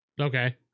Okay